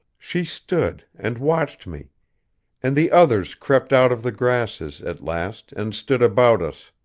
she stood, and watched me and the others crept out of the grasses, at last, and stood about us.